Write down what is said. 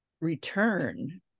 return